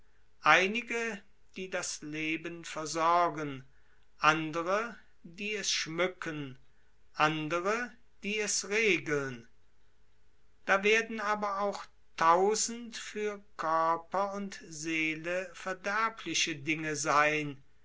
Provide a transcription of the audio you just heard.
einige die das leben versorgen andere die es schmücken andere die es regeln da werden aber tausend für körper und seele verderbliche dinge sein